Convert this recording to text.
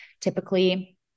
Typically